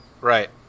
Right